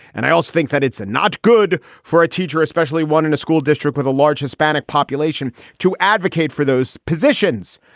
and i also think that it's not good for a teacher, especially one in a school district with a large hispanic population to advocate for those positions.